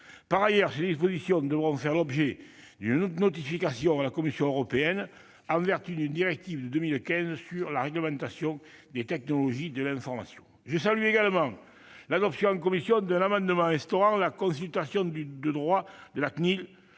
Par ailleurs, ces dispositions devront faire l'objet d'une notification à la Commission européenne, en vertu d'une directive de 2015 sur la réglementation des technologies de l'information. Je salue également l'adoption, en commission, d'un amendement visant à instaurer la consultation de droit de la